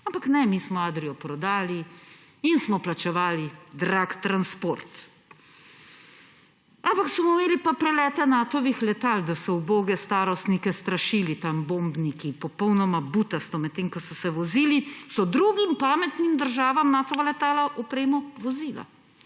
Ampak ne, mi smo Adrio prodali in smo plačevali drag transport. Ampak imeli smo pa prelete Natovih letal, da so uboge starostnike strašili tam bombniki. Popolnoma butasto! Medtem ko so se vozili, so drugim pametnim državam Natova letala opremo vozila